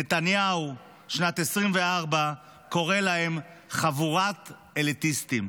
נתניהו שנת 2024 קורא להם: חבורת אליטיסטים,